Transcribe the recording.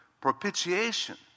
propitiation